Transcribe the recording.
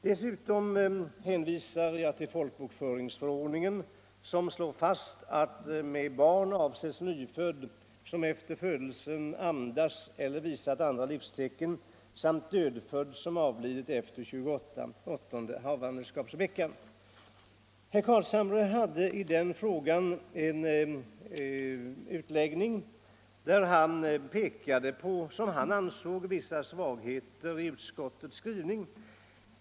Dessutom hänvisar jag till folkbokföringsförordningen, som slår fast att med barn avses nyfödd som efter födelsen andas eller visar andra livstecken samt dödfödd som avlidit efter 28:e havandeskapsveckan. Herr Carlshamre gjorde en utläggning i den frågan, där han pekade på vissa svagheter som han ansåg sig ha funnit i utskottets skrivning.